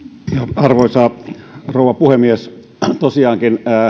arvoisa rouva puhemies tosiaan